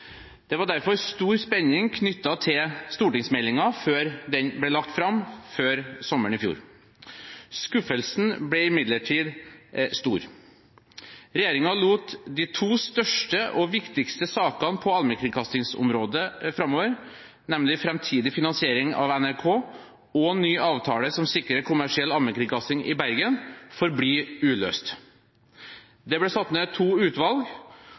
Det var derfor stor spenning knyttet til stortingsmeldingen før den ble lagt fram før sommeren i fjor. Skuffelsen ble imidlertid stor. Regjeringen lot de to største og viktigste sakene på allmennkringkastingsområdet framover, nemlig framtidig finansiering av NRK og ny avtale som sikrer kommersiell allmennkringkasting i Bergen, forbli uløst. Det ble satt ned to utvalg,